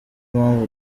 mpamvu